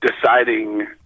deciding